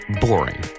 boring